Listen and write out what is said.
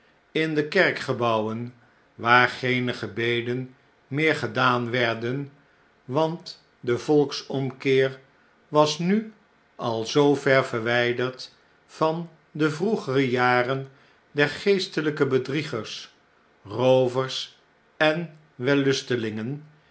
in de kerkgebouwen waar geene gebeden meer gedaan werden want de volksomkeer was nu al zoo ver verwjjderd van de vroegere jaren der geestelpe bedriegers roovers en